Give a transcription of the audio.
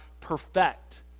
perfect